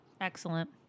Excellent